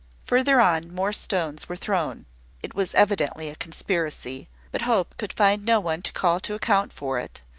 further on, more stones were thrown it was evidently a conspiracy but hope could find no one to call to account for it,